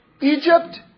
Egypt